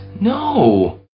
No